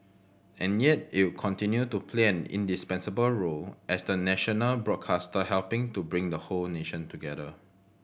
and yet it'll continue to play an indispensable role as the national broadcaster helping to bring the whole nation together